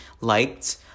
liked